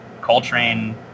Coltrane